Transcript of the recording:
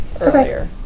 Earlier